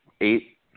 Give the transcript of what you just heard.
eight